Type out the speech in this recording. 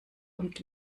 und